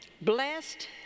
blessed